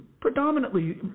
predominantly